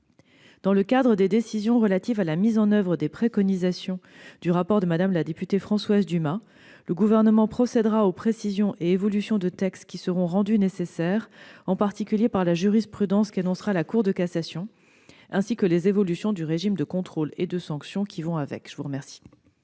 Dans le cadre des décisions relatives à la mise en oeuvre des préconisations du rapport de Mme la députée Françoise Dumas, le Gouvernement procédera aux précisions et évolutions de textes qui seront rendues nécessaires par la jurisprudence qu'énoncera la Cour de cassation, ainsi que les évolutions du régime de contrôle et de sanctions qui vont de pair.